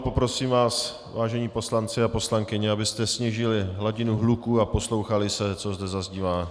Poprosím vás, vážení poslanci a poslankyně, abyste snížili hladinu hluku a poslouchali, co zde zaznívá.